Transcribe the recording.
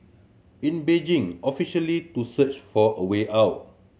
in Beijing officially to search for a way out